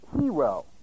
hero